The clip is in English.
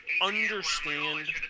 understand